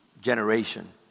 generation